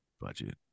budget